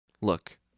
Look